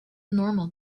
normal